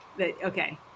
Okay